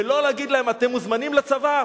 ולא להגיד להם: אתם מוזמנים לצבא,